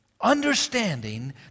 understanding